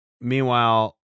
Meanwhile